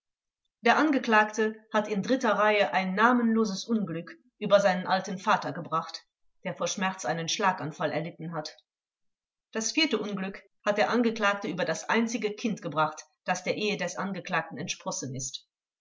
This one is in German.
der angeklagte geklagte hat in dritter reihe namenloses unglück über seinen alten vater gebracht der vor schmerz einen schlaganfall erlitten hat das vierte unglück hat der angeklagte über das einzige kind gebracht das der ehe des angeklagten entsprossen ist